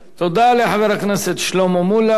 תודה לחבר הכנסת שלמה מולה.